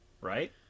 Right